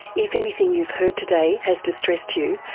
if anything you've heard today has distressed you,